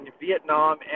Vietnam